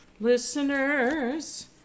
listeners